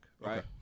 right